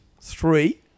Three